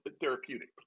therapeutic